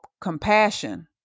compassion